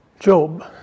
Job